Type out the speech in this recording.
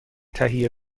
تهیه